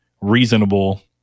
reasonable